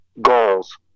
goals